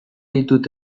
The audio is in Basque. ditut